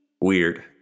Weird